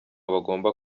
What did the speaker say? bagomba